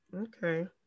Okay